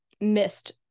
missed